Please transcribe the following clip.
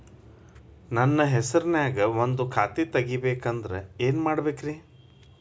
ನನ್ನ ಹೆಸರನ್ಯಾಗ ಒಂದು ಖಾತೆ ತೆಗಿಬೇಕ ಅಂದ್ರ ಏನ್ ಮಾಡಬೇಕ್ರಿ?